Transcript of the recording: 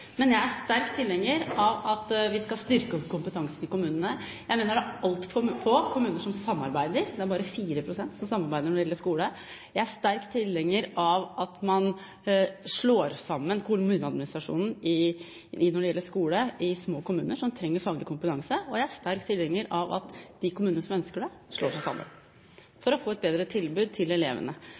Jeg er sterk tilhenger av at vi skal styrke kompetansen i kommunene. Jeg mener det er altfor få kommuner som samarbeider – det er bare 4 pst. som samarbeider når det gjelder skole. Jeg er sterk tilhenger av at man når det gjelder skole slår sammen kommuneadministrasjonen i små kommuner som trenger faglig kompetanse. Og jeg er sterk tilhenger av at de kommunene som ønsker det, slår seg sammen for å få et bedre tilbud til elevene.